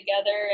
together